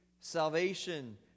Salvation